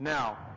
Now